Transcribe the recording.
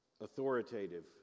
authoritative